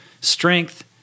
Strength